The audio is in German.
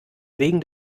wegen